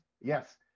Yes